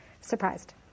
surprised